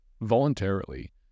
voluntarily